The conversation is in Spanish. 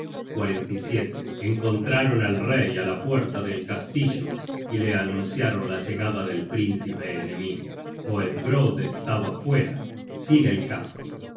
search generated at encontraron al rey á la puerta del castillo y le anunciaron la llegada del príncipe enemigo hoedbrodd estaba fuera sin el casco